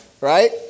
right